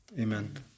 Amen